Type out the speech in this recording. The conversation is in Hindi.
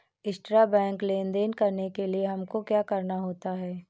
इंट्राबैंक लेन देन करने के लिए हमको क्या करना होता है?